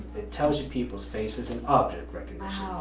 it tells you people's faces, and object recognition.